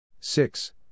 six